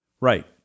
Right